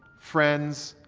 friends,